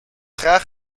graag